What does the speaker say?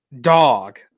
dog